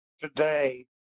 today